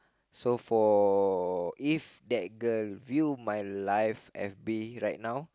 so for if that girl view my life F_B right now